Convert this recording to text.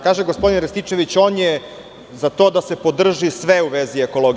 Kaže gospodin Rističević, on je za to da se podrži sve u vezi ekologije.